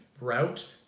route